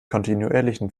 kontinuierlichen